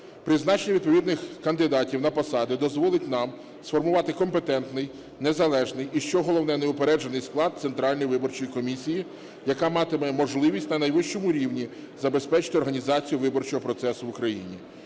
Призначення відповідних кандидатів на посади дозволить нам сформувати компетентний незалежний і, що головне, неупереджений склад Центральної виборчої комісії, яка матиме можливість на найвищому рівні забезпечити організацію виборчого процесу в Україні.